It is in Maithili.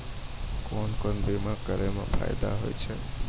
कोन कोन बीमा कराबै मे फायदा होय होय छै?